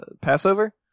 passover